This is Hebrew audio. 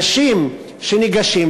אנשים שניגשים,